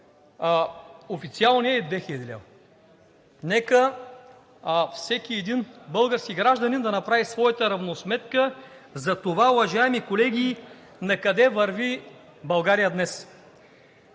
официалния, е 2000 лв. Нека всеки един български гражданин да направи своята равносметка за това, уважаеми колеги, накъде върви България днес!